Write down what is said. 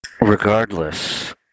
Regardless